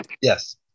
Yes